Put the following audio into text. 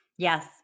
Yes